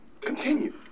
continue